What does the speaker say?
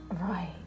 Right